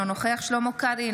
אינו נוכח שלמה קרעי,